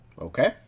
Okay